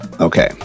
Okay